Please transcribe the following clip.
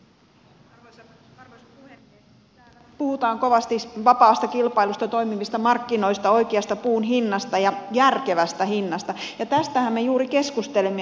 täällä puhutaan kovasti vapaasta kilpailusta toimivista markkinoista oikeasta puun hinnasta ja järkevästä hinnasta ja tästähän me juuri keskustelemme